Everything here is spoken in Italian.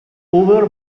over